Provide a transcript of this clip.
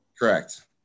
Correct